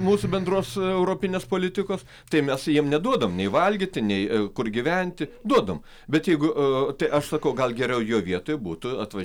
mūsų bendros europinės politikos tai mes jiem neduodam nei valgyti nei kur gyventi duodam bet jeigu a tai aš sakau gal geriau jo vietoj būtų atva